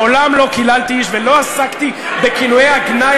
מעולם לא קיללתי ולא עסקתי בכינויי הגנאי